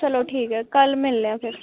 चलो ठीक ऐ कल्ल मिलने आं फिर